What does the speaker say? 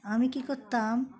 আমি কী করতাম